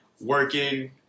working